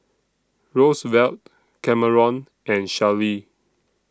Rosevelt Cameron and Shellie